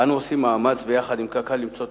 אנו עושים מאמץ ביחד עם קק"ל למצוא תחליפים.